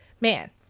man